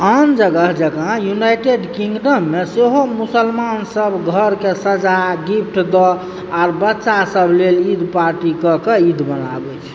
आन जगह जकाँ यूनाइटेड किङ्गडम मे सेहो मुसलमान सब घरके सजा गिफ्ट दऽ आर बच्चा सब लेल ईद पार्टी कऽ कऽ ईद मनाबै छै